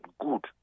good